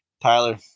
Tyler